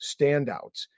standouts